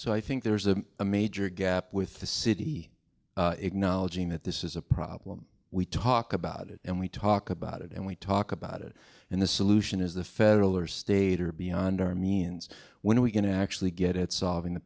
so i think there's a a major gap with the city acknowledging that this is a problem we talk about it and we talk about it and we talk about it and the solution is the federal or state or beyond our means when we can actually get at solving